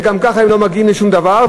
וגם ככה הם לא מגיעים לשום דבר.